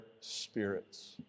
spirits